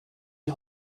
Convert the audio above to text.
die